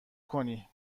کنی